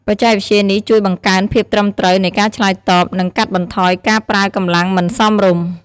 បច្ចេកវិទ្យានេះជួយបង្កើនភាពត្រឹមត្រូវនៃការឆ្លើយតប និងកាត់បន្ថយការប្រើកម្លាំងមិនសមរម្យ។